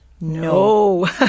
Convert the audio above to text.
No